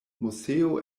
moseo